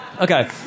Okay